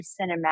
cinematic